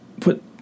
put